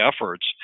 efforts